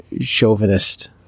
chauvinist